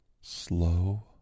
Slow